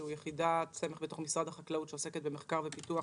שהוא יחידת סמך בתוך משרד החקלאות שעוסקת במחקר ופיתוח,